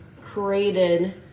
created